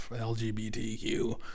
LGBTQ